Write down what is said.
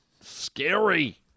Scary